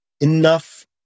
enough